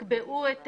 יקבעו את